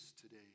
today